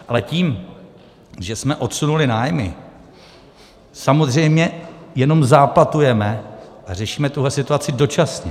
Ale tím, že jsme odsunuli nájmy, samozřejmě jenom záplatujeme a řešíme tuhle situaci dočasně.